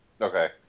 Okay